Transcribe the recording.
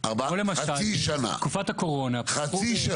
חפצה נדון בזה לחיוב.